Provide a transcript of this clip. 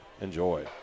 enjoy